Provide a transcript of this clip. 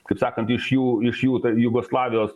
kaip sakant iš jų iš jų jugoslavijos